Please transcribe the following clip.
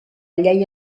llei